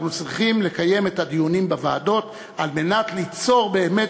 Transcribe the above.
אנחנו צריכים לקיים את הדיונים בוועדות על מנת ליצור באמת